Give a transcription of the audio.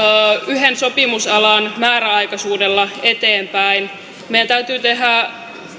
yhden sopimusalan määräaikaisuudella eteenpäin meidän täytyy tehdä